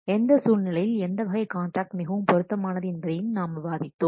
எந்த சூழ்நிலையில் எந்த வகை கான்ட்ராக்ட் மிகவும் பொருத்தமானது என்பதையும் நாம் விவாதித்தோம்